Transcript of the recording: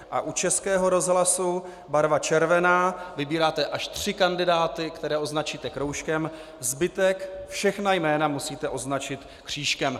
A u Českého rozhlasu barva červená, vybíráte až tři kandidáty, které označíte kroužkem, zbytek, všechna jména, musíte označit křížkem.